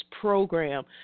program